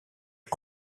est